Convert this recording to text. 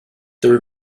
the